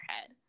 head